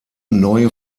neue